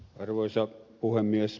arvoisa puhemies